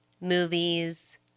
movies